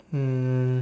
um